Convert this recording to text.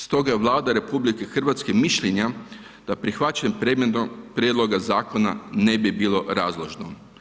Stoga je Vlada RH mišljenja da prihvaćanjem predmetnog prijedloga zakona ne bi bilo razložno.